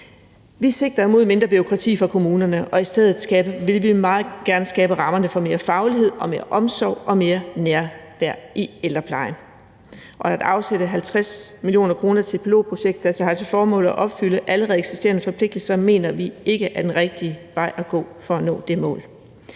Vi sigter mod mindre bureaukrati for kommunerne, og i stedet vil vi meget gerne skabe rammerne for mere faglighed og mere omsorg og mere nærvær i ældreplejen, og at afsætte 50 mio. kr. til et pilotprojekt, der har til formål at opfylde allerede eksisterende forpligtelser, mener vi ikke er den rigtige vej at gå for at nå det mål.